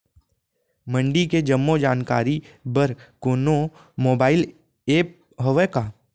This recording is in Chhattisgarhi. मंडी के जम्मो जानकारी बर कोनो मोबाइल ऐप्प हवय का?